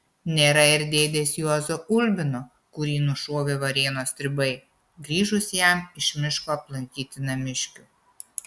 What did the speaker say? nėra ir dėdės juozo ulbino kurį nušovė varėnos stribai grįžus jam iš miško aplankyti namiškių